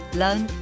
learn